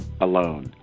Alone